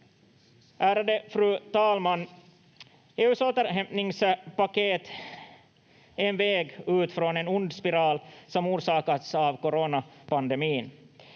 Ärade fru talman! EU:s återhämtningspaket är en väg ut från en ond spiral som orsakats av coronapandemin.